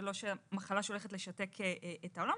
זו לא מחלה שהולכת לשתק את העולם.